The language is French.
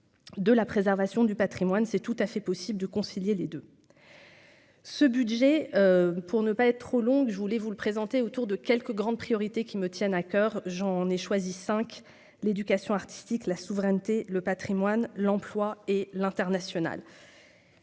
de la préservation du Patrimoine, c'est tout à fait possible de concilier les 2. Ce budget pour ne pas être trop longue, je voulais vous le présentez autour de quelques grandes priorités qui me tiennent à coeur : j'en ai choisi 5 l'éducation artistique, la souveraineté, le Patrimoine, l'emploi et l'international.